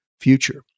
future